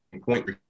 point